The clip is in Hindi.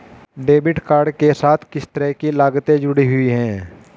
डेबिट कार्ड के साथ किस तरह की लागतें जुड़ी हुई हैं?